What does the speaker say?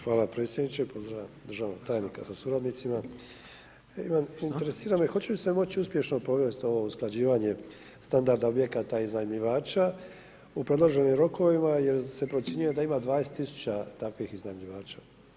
Hvala predsjedniče, pozdravljam državnog tajnika sa suradnicima, interesira me, hoće li se moći uspješno provesti ovo usklađivanje standarda objekata i iznajmljivača u predloženim rokovima jer se procjenjuje da ima 12000 takvih iznajmljivača.